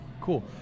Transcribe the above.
cool